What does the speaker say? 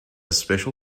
special